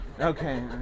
Okay